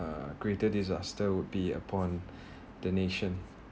uh greater disaster would be upon the nation